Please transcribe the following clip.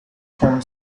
term